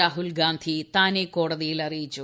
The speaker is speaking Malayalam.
രാഹുൽഗാന്ധി താനെ കോടതിയിൽ അറിയിച്ചു